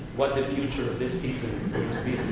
what the future of this season is